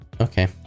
Okay